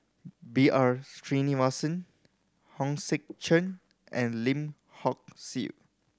B R Sreenivasan Hong Sek Chern and Lim Hock Siew